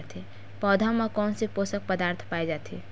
पौधा मा कोन से पोषक पदार्थ पाए जाथे?